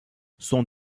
sont